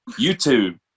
YouTube